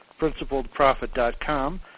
PrincipledProfit.com